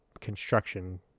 construction